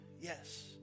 yes